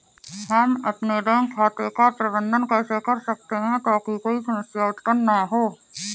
हम अपने बैंक खाते का प्रबंधन कैसे कर सकते हैं ताकि कोई समस्या उत्पन्न न हो?